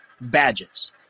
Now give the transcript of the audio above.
badges